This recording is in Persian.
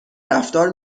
رفتار